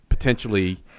Potentially